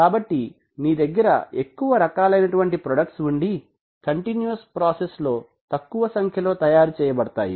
కాబట్టి నీ దగ్గర ఎక్కువ రకాలైనటువంటి ప్రాడెక్ట్స్ ఉండి కంటిన్యూస్ ప్రాసెస్ లో తక్కువ సంఖ్యలో తయారు చేయబడతాయి